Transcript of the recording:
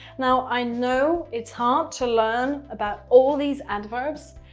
now i know it's hard to learn about all these adverbs,